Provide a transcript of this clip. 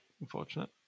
Unfortunate